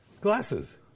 Glasses